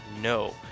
no